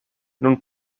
nun